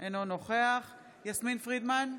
אינו נוכח יסמין פרידמן,